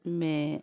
में